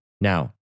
Now